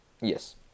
Yes